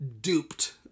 duped